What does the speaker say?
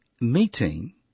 meeting